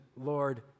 Lord